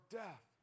death